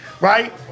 right